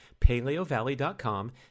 Paleovalley.com